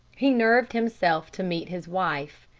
he nerved himself to meet his wife.